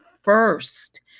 first